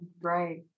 Right